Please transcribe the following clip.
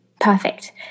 Perfect